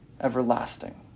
everlasting